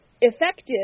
effective